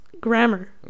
Grammar